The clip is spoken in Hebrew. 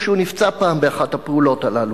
כשהוא נפצע פעם באחת הפעולות הללו.